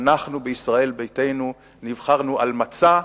אנחנו בישראל ביתנו נבחרנו על מצע.